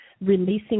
releasing